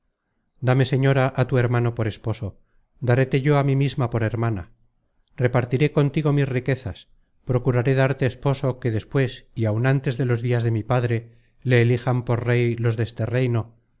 dame señora á tu hermano por esposo daréte yo á mí misma por hermana repartiré contigo mis riquezas procuraré darte esposo que despues y áun ántes de los dias de mi padre le elijan por rey los deste reino